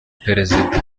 perezida